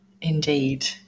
indeed